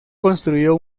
construyó